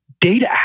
data